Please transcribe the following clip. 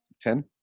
Ten